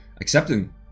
accepting